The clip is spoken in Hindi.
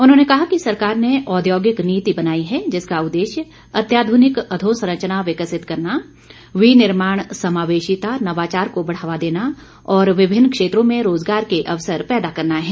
उन्होंने कहा कि सरकार ने औद्योगिक नीति बनाई है जिसका उद्देश्य अतिआधुनिक अधोसरंचना विकसित करना विनिर्माण समावेशिता नवाचार को बढ़ावा देना और विभिन्न क्षेत्रों में रोजगार के अवसर पैदा करना है